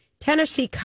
tennessee